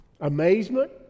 amazement